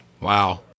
Wow